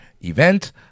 event